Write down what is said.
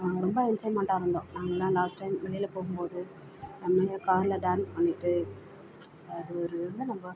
நாங்கள் ரொம்ப எக்ஸைட்மெண்ட்டாக இருந்தோம் நாங்கெல்லாம் லாஸ்ட் டைம் வெளியில் போகும்போது செம்மையாக காரில் டான்ஸ் பண்ணிகிட்டு அது ஒரு வந்து நம்ம